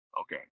Okay